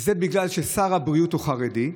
שזה בגלל ששר הבריאות הוא חרדי,